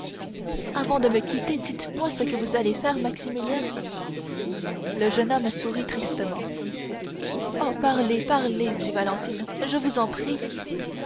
avant de me quitter dites-moi ce que vous allez faire maximilien le jeune homme sourit tristement oh parlez parlez dit valentine je vous en prie